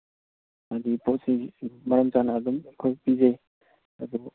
ꯍꯥꯏꯗꯤ ꯄꯣꯠꯁꯤ ꯃꯔꯝ ꯆꯥꯅ ꯑꯗꯨꯝ ꯑꯩꯈꯣꯏ ꯄꯤꯖꯩ ꯑꯗꯨ